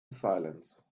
silence